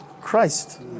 Christ